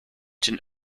den